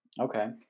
Okay